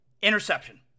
Interception